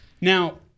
Now